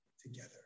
together